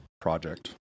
project